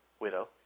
widow